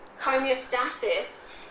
homeostasis